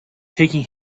taking